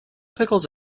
pickles